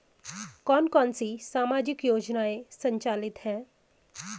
कौन कौनसी सामाजिक योजनाएँ संचालित है?